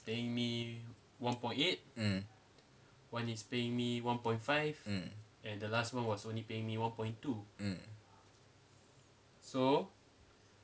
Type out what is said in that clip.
mm mm mm